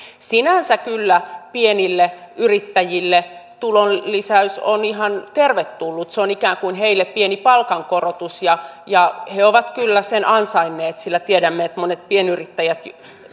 sinänsä kyllä pienille yrittäjille tulonlisäys on ihan tervetullut se on heille ikään kuin pieni palkankorotus ja ja he ovat kyllä sen ansainneet sillä tiedämme että monet pienyrittäjät